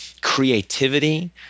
creativity